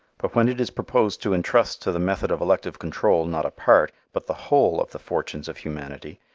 but when it is proposed to entrust to the method of elective control not a part but the whole of the fortunes of humanity,